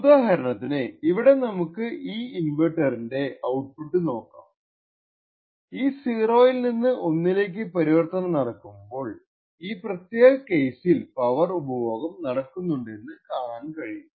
ഉദാഹരണത്തിന് ഇവിടെ നമുക്ക് ഈ ഇൻവെർട്ടറിന്റെ ഔട്പുട്ട് നോക്കാം ഈ 0 ൽ നിന്ന് 1 ലേക്ക് പരിവർത്തനം നടക്കുമ്പോൾ ഈ പ്രത്യേക കേസിൽ പവർ ഉപഭോഗം നടക്കുന്നുണ്ടെന്ന് കാണാൻ കഴിയും